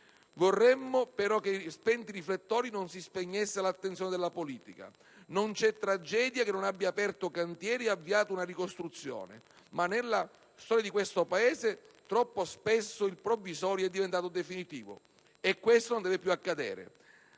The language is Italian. Vorremmo però che, spenti i riflettori, non si spegnesse l'attenzione della politica. Non c'è tragedia che non abbia aperto cantieri e avviato una ricostruzione. Nella storia di questo Paese, però, troppe volte il provvisorio è diventato definitivo. E questo non deve più accadere.